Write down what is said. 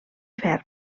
ferm